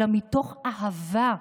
אלא מתוך אהבה,